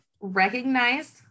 recognize